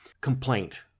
complaint